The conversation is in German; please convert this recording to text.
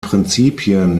prinzipien